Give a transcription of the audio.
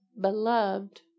beloved